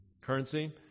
currency